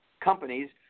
companies